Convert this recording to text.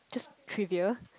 just trivial